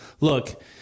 look